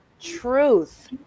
TRUTH